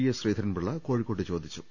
S Sreedharan Pillai കോഴിക്കോട്ട് ചോദിച്ചു